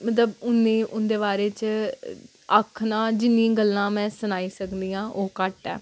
मतलब उन्नी उं'दे बारे च आखना जिन्नी गल्लां में सनाई सकनी आं ओह् घट्ट ऐ